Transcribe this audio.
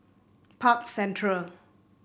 Park Central